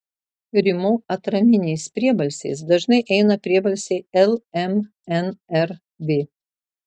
rimo atraminiais priebalsiais dažnai eina pusbalsiai l m n r v